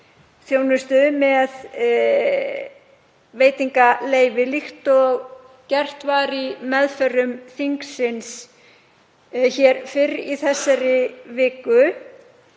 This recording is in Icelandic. gistiþjónustu með veitingaleyfi líkt og gert var í meðförum þingsins hér fyrr í þessari viku